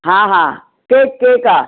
हा हा cake cake आहे